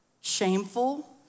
shameful